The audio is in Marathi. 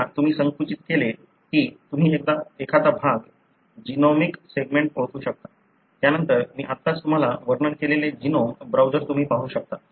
एकदा तुम्ही संकुचित केले की तुम्ही एखादा भाग जीनोमिक सेगमेंट ओळखू शकता त्यानंतर मी आत्ताच तुम्हाला वर्णन केलेले जीनोम ब्राउझर तुम्ही पाहू शकता